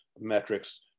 metrics